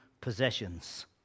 possessions